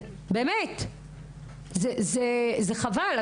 זה חבל.